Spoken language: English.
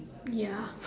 ya